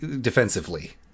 defensively